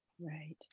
right